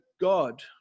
God